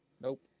Nope